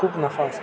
खूप नफा असतो